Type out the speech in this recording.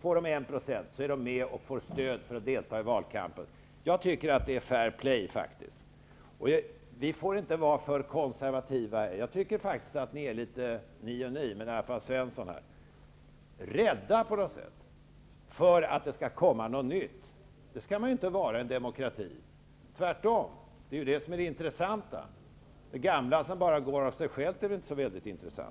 form av mätningar får minst 1 % kommer med och får stöd för att delta i valkampen. Jag tycker faktiskt att det är fair play. Vi får inte vara för konservativa. Jag tycker att i alla fall Ingvar Svensson här verkar litet rädd för att det skall komma något nytt. Men det skall man ju inte vara i en demokrati. Det är ju tvärtom det som är det intressanta. Det gamla som bara går av sig självt är väl inte så väldigt intressant.